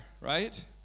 right